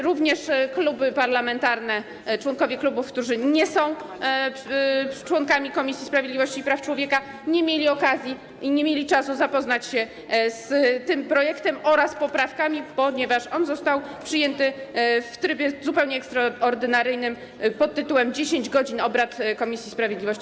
Również kluby parlamentarne, członkowie klubów, którzy nie są członkami Komisji Sprawiedliwości i Praw Człowieka, nie mieli okazji i nie mieli czasu zapoznać się z tym projektem oraz z poprawkami, ponieważ został on przyjęty w trybie zupełnie ekstraordynaryjnym pt. 10 godzin obrad Komisji Sprawiedliwości.